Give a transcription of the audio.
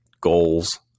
Goals